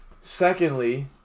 secondly